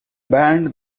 band